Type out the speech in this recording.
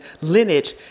lineage